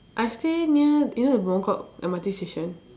I stay near you know the Buangkok M_R_T station